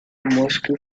mosque